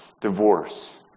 Divorce